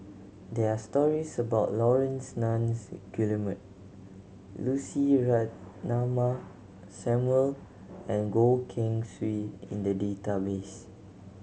there are stories about Laurence Nunns Guillemard Lucy Ratnammah Samuel and Goh Keng Swee in the database